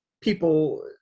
people